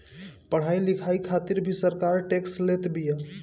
पढ़ाई लिखाई खातिर भी सरकार टेक्स लेत बिया